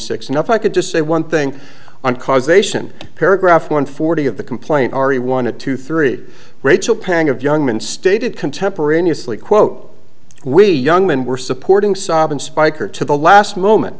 six now if i could just say one thing on causation paragraph one forty of the complaint ari wanted to three rachel pang of young men stated contemporaneously quote we young men were supporting sob and spyker to the last moment